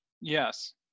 Yes